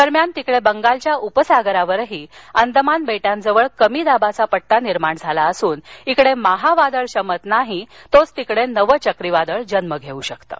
दरम्यान तिकडे बंगालच्या उपसागरावरही अंदमान बेटांजवळ कमी दाबाचा पट्टा निर्माण झाला असून इकडे माहा वादळ शमत नाही तोच तिकडे नवं चक्रीवादळ जन्म घेऊ शकतं